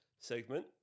segment